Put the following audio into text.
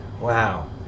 Wow